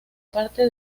parte